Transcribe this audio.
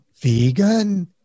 vegan